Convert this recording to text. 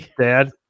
dad